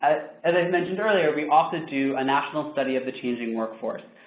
as as i mentioned earlier, we also do a national study of the changing workforce,